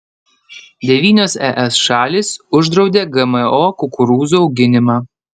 devynios es šalys uždraudė gmo kukurūzų auginimą